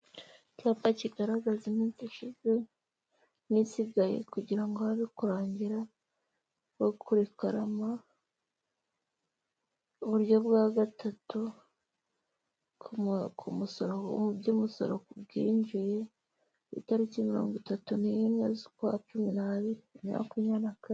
Icyapa kigaragaza iminsi ishize iminsii insigaye kugira ngo habe kurangira bakuri kurekarama uburyo bwa 3 ku muro mu by'umusoro bjiye ku itariki 31/12/2024.